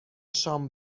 شام